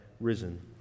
risen